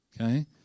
okay